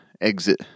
exit